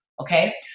okay